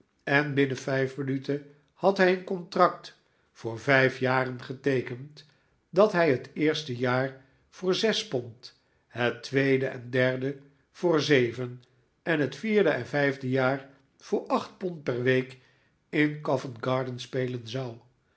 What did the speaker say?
en binnen vijf minuten had hij een contract voor vijf jaren geteekend dat hij het eerste jaar voor zes pond het tweede en derde voor zeven en het vierde en vijfde jaar voor acht pond per week in covent-garden spelen zou